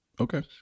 okay